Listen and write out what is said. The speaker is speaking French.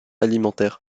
alimentaires